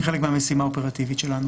זו חלק מהמשימה האופרטיבית שלנו.